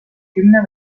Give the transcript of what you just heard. kümne